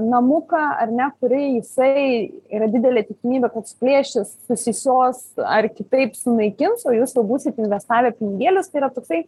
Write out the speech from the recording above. namuką ar ne kurį jisai yra didelė tikimybė kad suplėšys susisios ar kitaip sunaikins o jūs jau būsit investavę pinigėlius tai yra toksai